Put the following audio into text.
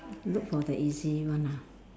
look for the easy one ah